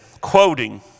quoting